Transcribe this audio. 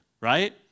right